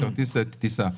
כרטיס טיסה.